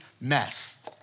mess